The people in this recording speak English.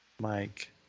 Mike